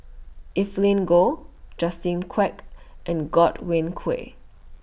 Evelyn Goh Justin Quek and Godwin Koay